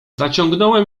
zaciągnąłem